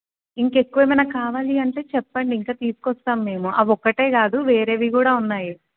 ఇంకా ఎక్కువ ఏమన్నా కావాలి అంటే చెప్పండి ఇంకా తీసుకొస్తాం మేము అవి ఒకటే కాదు వేరేవి కూడా ఉన్నాయి